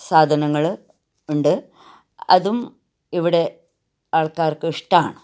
സാധനങ്ങൾ ഉണ്ട് അതും ഇവിടെ ആൾക്കാർക്ക് ഇഷ്ടമാണ്